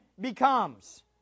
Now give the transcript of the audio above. becomes